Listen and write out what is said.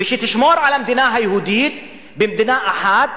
ותשמור על המדינה היהודית במדינה אחת,